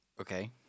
Okay